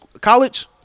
college